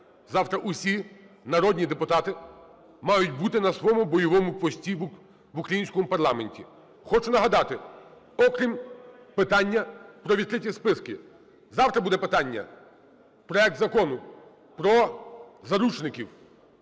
Завтра усі народні депутати мають бути на своєму бойовому пості в українському парламенті. Хочу нагадати, окрім питання про відкриті списки, завтра буде питання проект Закону про заручників.